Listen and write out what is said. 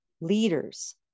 leaders